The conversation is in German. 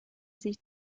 sich